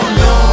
no